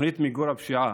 תוכנית מיגור הפשיעה,